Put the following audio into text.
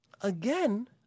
again